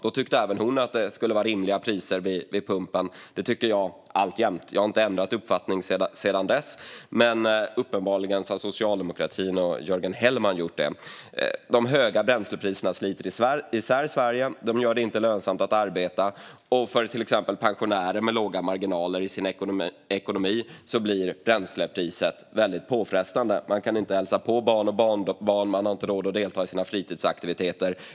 Då tyckte även hon att det skulle vara rimliga priser vid pumpen. Det tycker jag alltjämt. Jag har inte ändrat uppfattning sedan dess, men uppenbarligen har socialdemokratin och Jörgen Hellman gjort det. De höga bränslepriserna sliter isär Sverige. De gör det inte lönsamt att arbeta, och för till exempel pensionärer med små marginaler i sin ekonomi blir bränslepriset väldigt påfrestande. Man kan inte hälsa på barn och barnbarn, och man har inte råd att delta i sina fritidsaktiviteter.